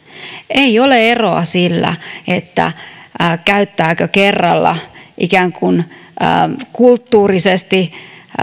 ei ole syövän näkökulmasta eroa sillä käyttääkö kerralla ikään kuin kulttuurisesti